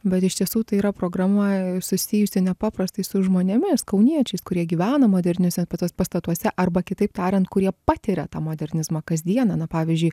bet iš tiesų tai yra programa susijusi nepaprastai su žmonėmis kauniečiais kurie gyvena moderniuose pastatuose arba kitaip tariant kurie patiria tą modernizmą kasdieną na pavyzdžiui